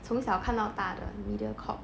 从小看到大的 mediacorp